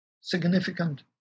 significant